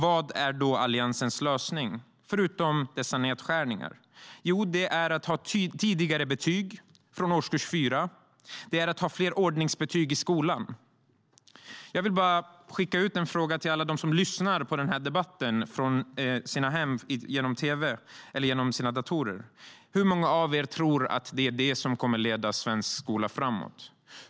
Vad är Alliansens lösning förutom dessa nedskärningar? Jo, det är att ha tidigare betyg, från årskurs 4, och att ha fler ordningsbetyg i skolan. Jag vill fråga alla som lyssnar på debatten i sina hem, genom tv:n eller datorn: Hur många av er tror att det kommer att leda svensk skola framåt?